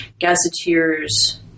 gazetteers